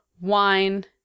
wine